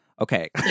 Okay